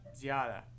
Ziada